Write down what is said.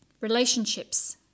relationships